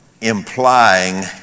implying